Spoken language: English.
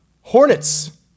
Hornets